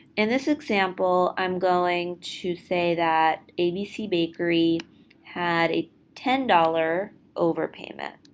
in this example, i'm going to say that abc bakery had a ten dollars overpayment.